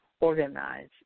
organize